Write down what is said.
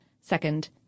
second